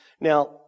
Now